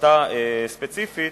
החלטה ספציפית.